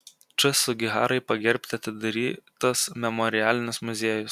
č sugiharai pagerbti atidarytas memorialinis muziejus